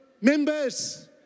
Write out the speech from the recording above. members